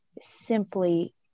simply